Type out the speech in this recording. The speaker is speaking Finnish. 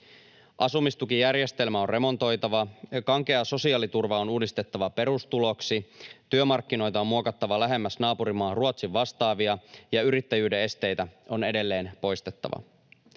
Asumistukijärjestelmä on remontoitava ja kankea sosiaaliturva on uudistettava perustuloksi, työmarkkinoita on muokattava lähemmäs naapurimaa Ruotsin vastaavia ja yrittäjyyden esteitä on edelleen poistettava.